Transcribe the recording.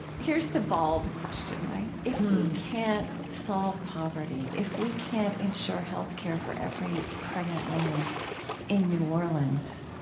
here's the bald question, right? if we can't solve poverty, if we can't ensure health care for every pregnant woman in new orleans,